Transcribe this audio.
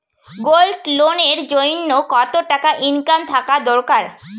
Gold loan এর জইন্যে কতো টাকা ইনকাম থাকা দরকার?